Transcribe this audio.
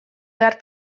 behar